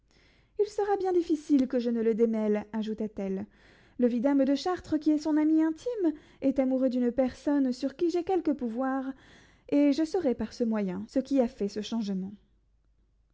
il sera bien difficile que je ne le démêle ajouta-t-elle le vidame de chartres qui est son ami intime est amoureux d'une personne sur qui j'ai quelque pouvoir et je saurai par ce moyen ce qui a fait ce changement